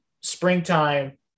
springtime